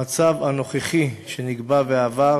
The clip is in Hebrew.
המצב הנוכחי, שנקבע בעבר,